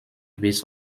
base